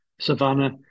savannah